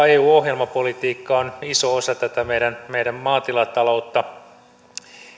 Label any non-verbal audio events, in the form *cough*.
*unintelligible* eu ohjelmapolitiikka on iso osa tätä meidän meidän maatilataloutta